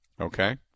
Okay